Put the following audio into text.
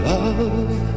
Love